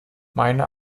meiner